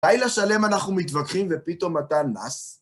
לילה שלם אנחנו מתווכחים, ופתאום אתה נס?